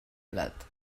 plat